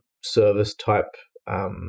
service-type